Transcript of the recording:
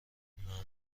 معمولا